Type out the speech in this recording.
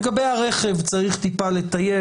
לגבי הרכב, צריך טיפה לטייב.